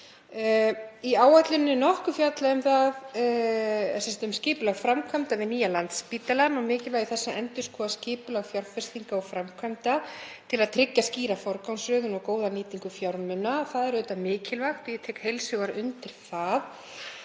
Í áætluninni er nokkuð fjallað um skipulag framkvæmda við nýja Landspítalann og mikilvægi þess að endurskoða skipulag fjárfestinga og framkvæmda til að tryggja skýra forgangsröðun og góða nýtingu fjármuna. Það er auðvitað mikilvægt og ég tek heils hugar undir það.